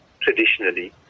traditionally